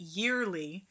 yearly